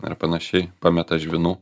ar panašiai pameta žvynų